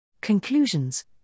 Conclusions